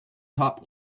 top